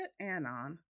Anon